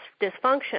dysfunction